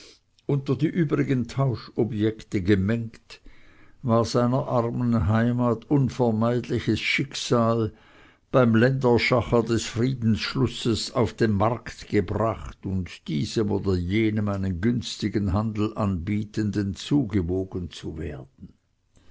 unter die übrigen tauschobjekte gemengt war seiner armen heimat unvermeidliches schicksal beim länderschacher des friedensschlusses auf den markt gebracht und diesem oder jenem einen günstigen handel anbietenden zugewogen zu werden